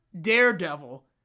daredevil